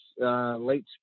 Late